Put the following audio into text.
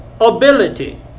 ability